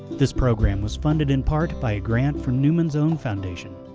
this program was funded in part by a grant from newman's own foundation,